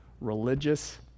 religious